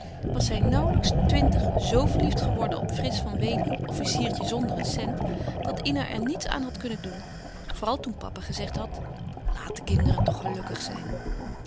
was zij nauwelijks twintig zo verliefd geworden op frits van wely officiertje zonder een cent dat ina er niets aan had kunnen doen vooral toen papa gezegd had laat de kinderen toch gelukkig zijn